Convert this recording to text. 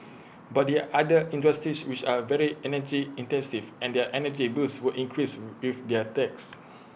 but there are other industries which are very energy intensive and their energy bills would increase with their tax